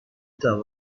توانم